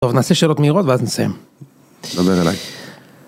טוב, נעשה שאלות מהירות ואז נסיים. דבר אליי.